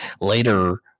Later